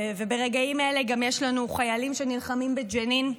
ברגעים האלה גם יש לנו חיילים שנלחמים בג'נין,